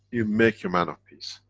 you make a man of peace.